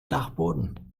dachboden